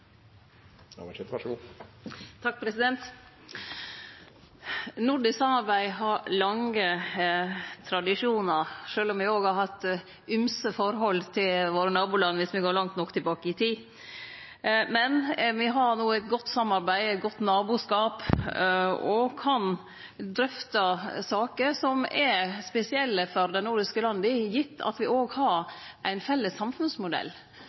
har vore ymse viss me går langt nok tilbake i tid. Men me har no eit godt samarbeid og eit godt naboskap og kan drøfte saker som er spesielle for dei nordiske landa, gitt at me òg har ein felles samfunnsmodell,